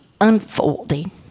unfolding